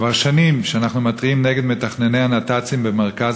כבר שנים אנחנו מתריעים נגד מתכנני הנת"צים במרכז